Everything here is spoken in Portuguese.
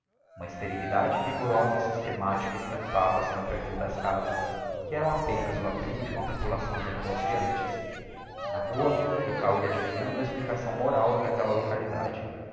uma esterilidade rigorosa e systematica estampava se no perfil das casas que eram apenas o abrigo de uma população de negociantes na rua milkau ia adivinhando a explicação moral d'aquella localidade